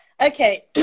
okay